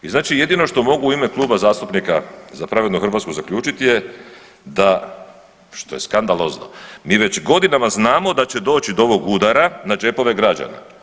I znači jedino što mogu u ime Kluba zastupnika Za pravednu Hrvatsku zaključiti je da, što je skandalozno mi već godinama znamo da će doći do ovog udara na džepove građana.